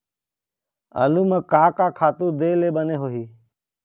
आलू म का का खातू दे ले बने होही?